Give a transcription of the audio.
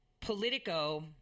Politico